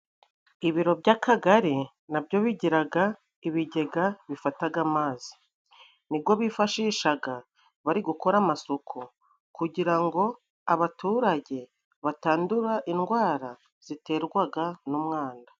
Ibiro by'akagari na byo bigiraga ibigega bifataga amazi. Ni gwo bifashishaga bari gukora amasuku, kugira ngo abaturage batandura indwara ziterwaga n'umwanda.